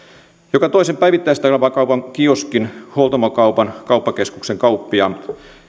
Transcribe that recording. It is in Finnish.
joka toisen päivittäistavarakaupan kioskin huoltamokaupan kauppakeskuksen kauppiaan